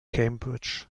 cambridge